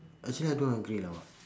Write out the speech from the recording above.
actually I don't agree lah